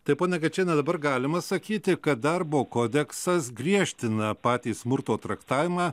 taip pone kad čia dabar galima sakyti kad darbo kodeksas griežtina patį smurto traktavimą